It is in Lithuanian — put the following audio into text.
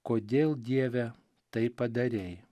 kodėl dieve taip padarei